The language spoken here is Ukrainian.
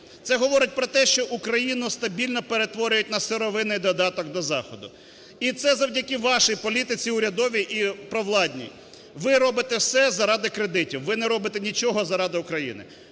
Це говорить про те, що Україну стабільно перетворюють на сировинний додаток до Заходу, і це завдяки вашій політиці, урядовій і провладній. Ви робите все заради кредитів, ви не робите нічого заради України.